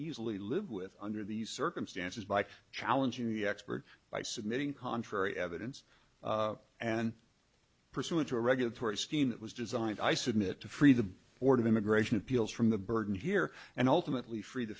easily live with under these circumstances by challenging the experts by submitting contrary evidence and pursuant to a regulatory scheme that was designed i submit to free the board of immigration appeals from the burden here and ultimately free t